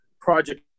project